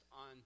on